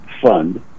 fund